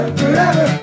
forever